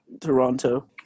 Toronto